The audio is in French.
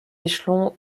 échelons